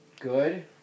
good